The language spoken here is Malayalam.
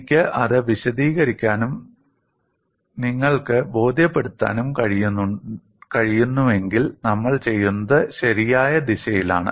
എനിക്ക് അത് വിശദീകരിക്കാനും നിങ്ങൾക്ക് ബോധ്യപ്പെടാനും കഴിയുന്നുവെങ്കിൽ നമ്മൾ ചെയ്യുന്നത് ശരിയായ ദിശയിലാണ്